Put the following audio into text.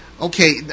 Okay